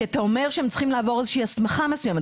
כי אתה אומר שצריכים לעבור איזושהי הסמכה מסוימת.